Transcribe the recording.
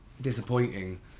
disappointing